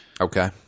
Okay